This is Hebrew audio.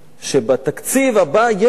שבתקציב הבא יש חורים,